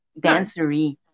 Dancery